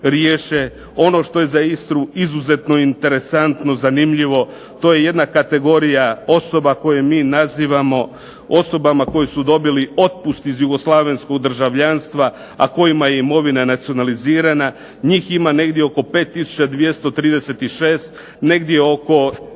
Ono što je za Istru izuzetno interesantno, zanimljivo to je jedna kategorija osoba koje mi nazivamo osobama koji su dobili otpust iz jugoslavenskog državljanstva, a kojima je imovina nacionalizirana. Njih ima negdje oko 5236, negdje oko